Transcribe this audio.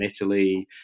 Italy